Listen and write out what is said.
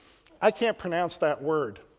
i can't pronounce that word.